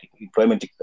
Employment